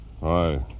Hi